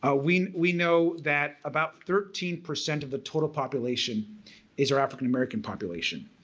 ah we we know that about thirteen percent of the total population is our african-american population.